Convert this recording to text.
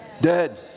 dead